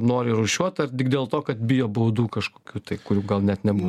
nori rūšiuot ar tik dėl to kad bijo baudų kažkokių tai kur gal net nebus